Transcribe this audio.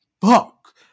fuck